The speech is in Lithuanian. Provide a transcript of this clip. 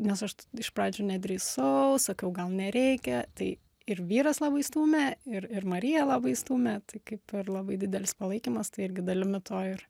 nes aš iš pradžių nedrįsau sakau gal nereikia tai ir vyras labai stūmė ir ir marija labai stūmė tai kaip ir labai didelis palaikymas tai irgi dalimi to ir